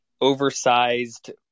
oversized